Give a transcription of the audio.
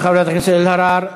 תודה, חברת הכנסת אלהרר.